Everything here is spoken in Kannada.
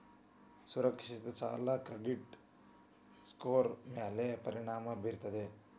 ಸುರಕ್ಷಿತ ಸಾಲ ಕ್ರೆಡಿಟ್ ಸ್ಕೋರ್ ಮ್ಯಾಲೆ ಪರಿಣಾಮ ಬೇರುತ್ತೇನ್